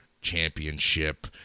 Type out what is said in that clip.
championship